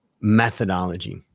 methodology